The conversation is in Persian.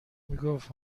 میگفت